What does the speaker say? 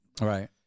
Right